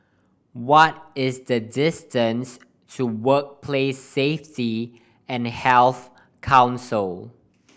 what is the distance to Workplace Safety and Health Council